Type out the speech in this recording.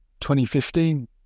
2015